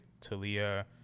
talia